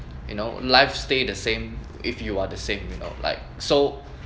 you know life stay the same if you are the same you know like so